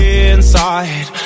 inside